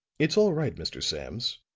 it's all right, mr. sams,